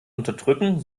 unterdrücken